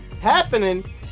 happening